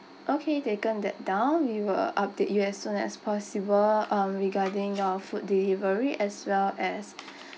okay taken that down we will update you as soon as possible um regarding your food delivery as well as